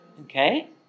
Okay